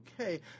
okay